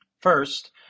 First